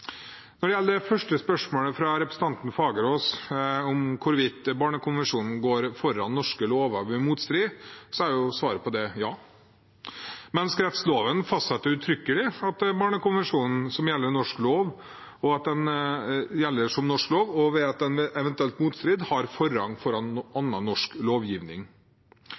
Når det gjelder det første spørsmålet fra representanten Fagerås, om hvorvidt barnekonvensjonen går foran norske lover ved motstrid, er svaret på det ja. Menneskerettsloven fastsetter uttrykkelig at barnekonvensjonen gjelder som norsk lov, og at den ved eventuell motstrid har forrang foran annen norsk lovgivning.